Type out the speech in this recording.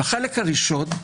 החלק הראשון,